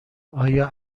ایا